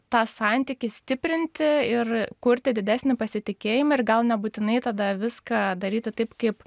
tą santykį stiprinti ir kurti didesnį pasitikėjimą ir gal nebūtinai tada viską daryti taip kaip